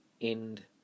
end